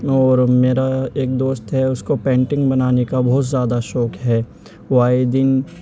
اور میرا ایک دوست ہے اس کو پینٹنگ بنانے کا بہت زیادہ شوق ہے وہ آئے دن